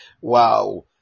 Wow